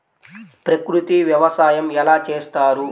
ప్రకృతి వ్యవసాయం ఎలా చేస్తారు?